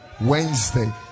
Wednesday